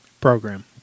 program